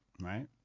right